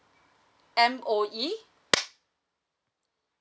M_O_E